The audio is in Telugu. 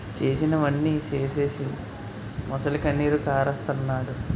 చేసినవన్నీ సేసీసి మొసలికన్నీరు కారస్తన్నాడు